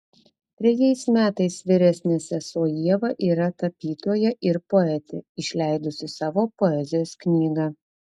trejais metais vyresnė sesuo ieva yra tapytoja ir poetė išleidusi savo poezijos knygą